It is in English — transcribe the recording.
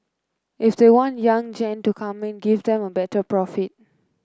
if they want young gen to come in give them a better profit